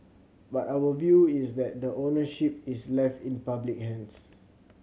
but our view is that the ownership is left in public hands